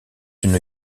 une